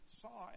saw